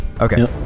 Okay